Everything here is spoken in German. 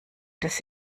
des